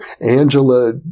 Angela